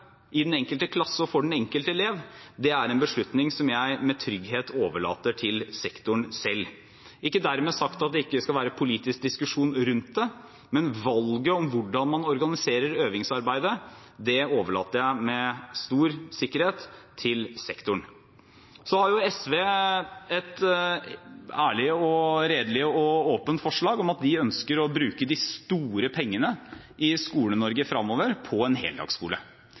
på den enkelte skole, i den enkelte klasse og for den enkelte elev, er en beslutning som jeg med trygghet overlater til sektoren selv. Ikke dermed sagt at det ikke skal være politisk diskusjon rundt det, men valget om hvordan man organiserer øvingsarbeidet, overlater jeg med stor sikkerhet til sektoren. SV har et ærlig, redelig og åpent forslag om at de ønsker å bruke de store pengene i Skole-Norge fremover på en heldagsskole.